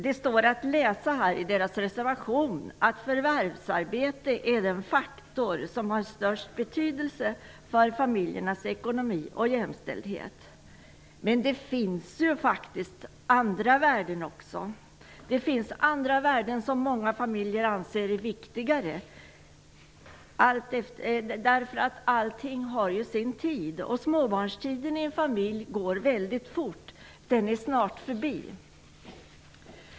Det står att läsa i deras reservation: ''Förvärvsarbete är den faktor som har störst betydelse för familjernas ekonomi och jämställdheten.'' Det finns faktiskt andra värden, som många familjer anser viktigare. Allt har sin tid. Småbarnstiden i en familj går mycket fort. Den är snart förbi.